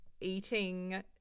eating